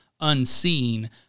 unseen